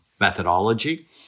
methodology